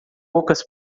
poucas